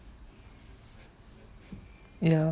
ya